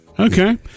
Okay